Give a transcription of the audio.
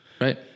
Right